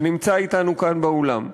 שנמצא אתנו כאן באולם.